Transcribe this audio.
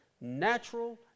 natural